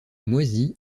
moisi